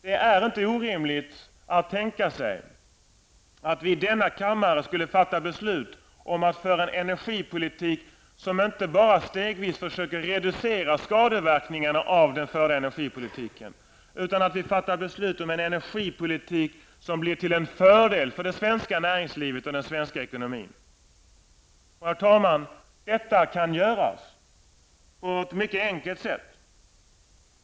Det är inte orimligt att tänka sig att vi i denna kammare skulle kunna fatta beslut om att föra en energipolitik som inte bara stegvis försöker reducera skadeverkningarna av den förda energipolitiken, utan att vi fattar beslut om en energipolitik som skulle bli till fördel för det svenska näringslivet och den svenska ekonomin. Herr talman! Detta kan göras på ett mycket enkelt sätt.